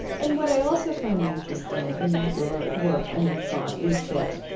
and what i also find interesting in your work and your thought is that,